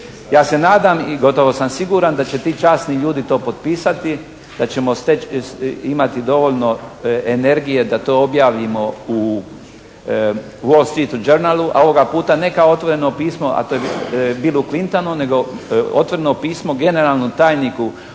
Ja se nadam i gotovo sam siguran da će ti časni ljudi to potpisati, da ćemo imati dovoljno energije da to objavimo u Wall Street-u Journalu, a ovoga puta ne kao otvoreno pismo, a to je bilo … /Govornik se ne razumije./ … nego otvoreno pismo generalno tajniku